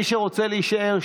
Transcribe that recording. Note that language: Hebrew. מי שרוצה להישאר,